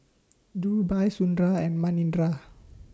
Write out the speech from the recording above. Dhirubhai Sundar and Manindra